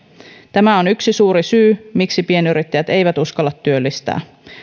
tämä on yksi suuri syy miksi pienyrittäjät eivät uskalla työllistää